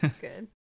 Good